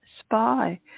spy